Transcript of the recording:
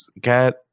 get